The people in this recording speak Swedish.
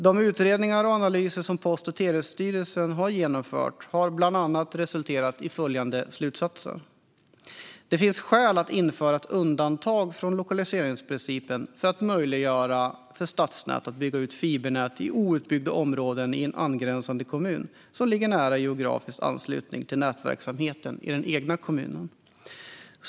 De utredningar och analyser som Post och telestyrelsen har genomfört har bland annat resulterat i följande slutsatser. Det finns skäl att införa ett undantag från lokaliseringsprincipen för att möjliggöra för stadsnät att bygga ut fibernät i outbyggda områden i en angränsande kommun, som ligger i nära geografisk anslutning till nätverksamheten i den egna kommunen.